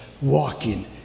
Walking